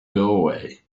doorway